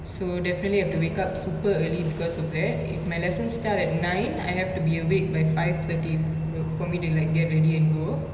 so definitely have to wake up super early because of that is my lesson start at nine I have to be awake by five thirty for for me to like get ready and go